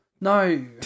No